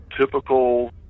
typical